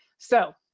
so,